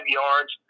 yards